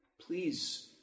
please